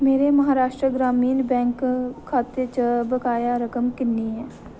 मेरे महाराश्ट्र ग्रामीण बैंक खाते च बकाया रकम किन्नी ऐ